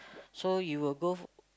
so you will go